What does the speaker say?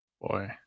Boy